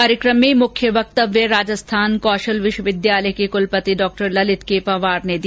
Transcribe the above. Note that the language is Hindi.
कार्यक्रम में मुख्य वक्तव्य राजस्थान कौशल विश्वविद्यालय के कुलपति डॉ ललित के पंवार ने दिया